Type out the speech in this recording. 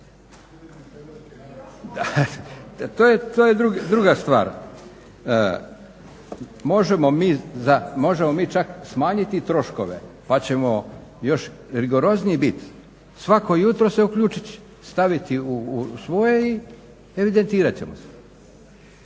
To je druga stvar. Možemo mi čak smanjiti troškove pa ćemo još rigorozniji biti. Svako jutro ključić staviti u svoje i evidentirat ćemo se.